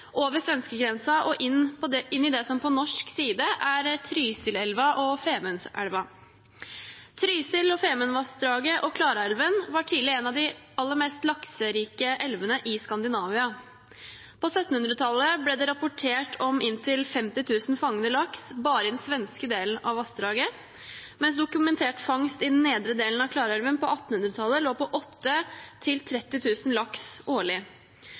over svenskegrensen og inn i det som på norsk side er Trysilelva og Femundselva. Trysil- og Femundvassdraget og Klarälven var tidligere en av de aller mest lakserike elvene i Skandinavia. På 1700-tallet ble det rapportert om inntil 50 000 fangede laks bare i den svenske delen av vassdraget, mens dokumentert fangst i den nedre delen av Klarälven på 1800-tallet lå på 8 000–30 000 laks årlig.